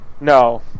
no